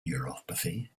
neuropathy